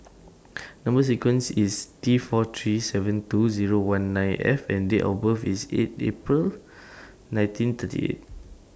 Number sequence IS T four three seven two Zero one nine F and Date of birth IS eight April nineteen thirty eight